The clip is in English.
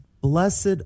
Blessed